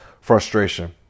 frustration